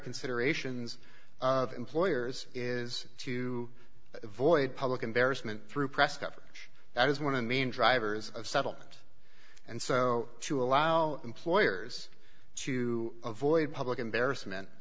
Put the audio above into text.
considerations of employers is to avoid public embarrassment through press coverage that is one of mean drivers of settlement and so to allow employers to avoid public embarrassment